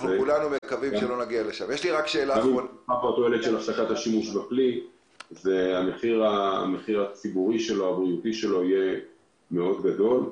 כרגע הפסקת השימוש בכלי יגבה מחיר ציבורי ובריאותי מאוד גדול.